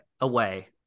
away